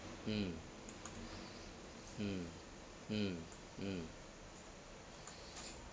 mm mm mm mm